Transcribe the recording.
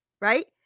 right